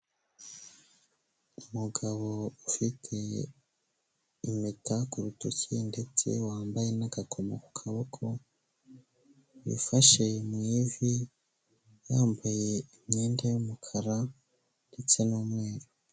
Umugabo ufite impeta ku rutoki ndetse wambaye n'agakoma ku kaboko, wifashe mu ivi yambaye imyenda y'umukara ndetse n'umweru.